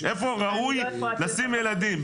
איפה ראוי לשים ילדים?